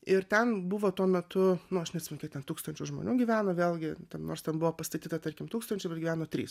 ir ten buvo tuo metu nu aš neatsimenu kiek ten tūkstančių žmonių gyveno vėlgi nors ten buvo pastatyta tarkim tūkstančiui bet gyveno trys